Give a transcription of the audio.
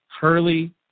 Hurley